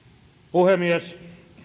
puhemies